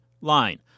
line